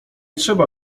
trzeba